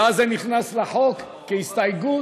ואז זה נכנס לחוק כהסתייגות.